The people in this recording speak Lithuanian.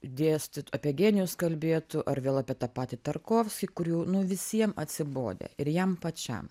dėstyt apie genijus kalbėtų ar vėl apie tą patį tarkovskį kur jau nu visiem atsibodę ir jam pačiam